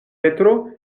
petro